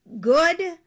good